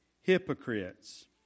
hypocrites